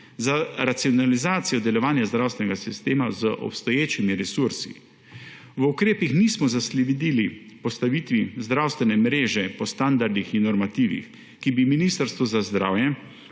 za racionalizacijo delovanja zdravstvenega sistema z obstoječimi resursi. V ukrepih nismo zasledili postavitve zdravstvene mreže po standardih in normativih, ki bi Ministrstvu za zdravje